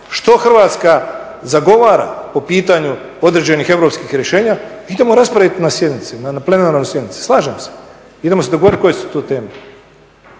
što Hrvatska zagovara po pitanju određenih europskih rješenja, idemo raspraviti na plenarnoj sjednici, slažem se, idemo se dogovoriti koje su to teme.